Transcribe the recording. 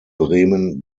bremen